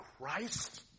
Christ